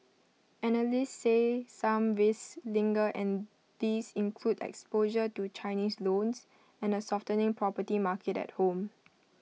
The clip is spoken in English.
analysts say some risks linger and these include exposure to Chinese loans and A softening property market at home